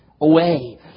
away